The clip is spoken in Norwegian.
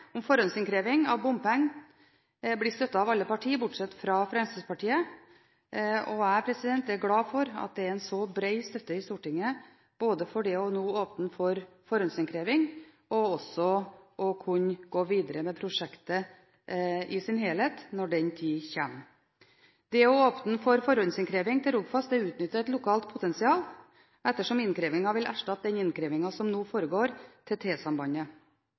om forhåndsinnkreving av bompenger blir støttet av alle partier bortsett fra Fremskrittspartiet. Jeg er glad for at det er så bred støtte i Stortinget både for nå å åpne for forhåndsinnkreving og for å kunne gå videre med prosjektet i sin helhet når den tid kommer. Det å åpne for forhåndsinnkreving til Rogfast utnytter et lokalt potensial ettersom innkrevingen vil erstatte den innkreving som nå foregår til